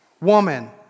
woman